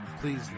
please